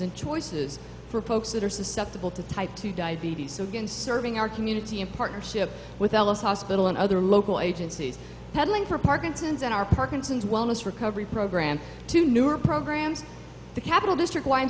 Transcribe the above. and choices for folks that are susceptible to type two diabetes so again serving our community in partnership with ellis hospital and other local agencies pedaling for parkinson's and our parkinson's wellness recovery program to newer programs the capital district